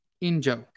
in-joke